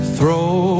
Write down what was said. Throw